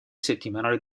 settimanale